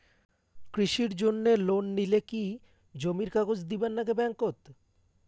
কৃষির জন্যে লোন নিলে কি জমির কাগজ দিবার নাগে ব্যাংক ওত?